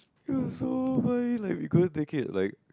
it was so funny like we couldn't take it like